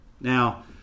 Now